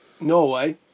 Norway